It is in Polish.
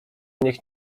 niech